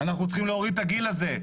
אנחנו צריכים להוריד את הגיל הזה,